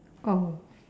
oh